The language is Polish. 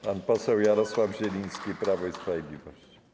Pan poseł Jarosław Zieliński, Prawo i Sprawiedliwość.